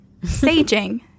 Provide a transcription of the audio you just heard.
Saging